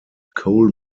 coal